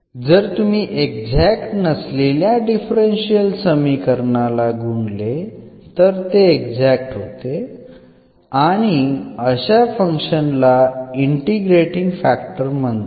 जर तुम्ही एक्झॅक्ट नसलेल्या डिफरन्शियल समीकरणाला गुणले तर ते एक्झॅक्ट होते आणि अशा फंक्शन्स ला इंटिग्रेटींग फॅक्टर म्हणतात